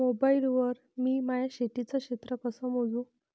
Mobile वर मी माया शेतीचं क्षेत्र कस मोजू?